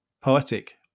Poetic